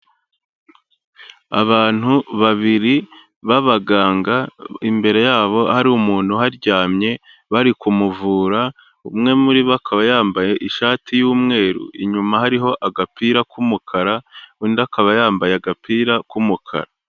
Abantu babiri b'abaganga imbere yabo hari umuntu uharyamye bari kumuvura, umwe muri bo akaba yambaye ishati y'umweru inyuma hariho agapira k'umukara undi akaba yambaye agapira k'umukara.